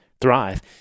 thrive